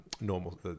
normal